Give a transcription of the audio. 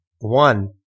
One